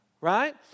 Right